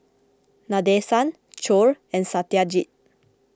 Nadesan Choor and Satyajit